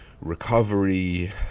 recovery